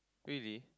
really